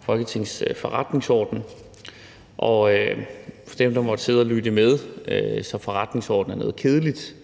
Folketingets forretningsorden. Dem, der måtte sidde og lytte med, kunne tænke, at forretningsordenen er noget kedeligt